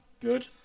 Good